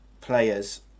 players